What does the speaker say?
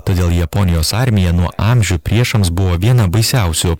todėl japonijos armija nuo amžių priešams buvo viena baisiausių